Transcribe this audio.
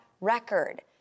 record